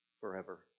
forever